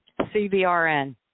CBRN